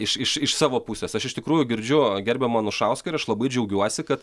iš iš iš savo pusės aš iš tikrųjų girdžiu gerbiamą anušauską ir aš labai džiaugiuosi kad